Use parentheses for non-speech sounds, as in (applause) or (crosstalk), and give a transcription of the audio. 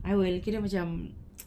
I will kira macam (noise)